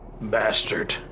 Bastard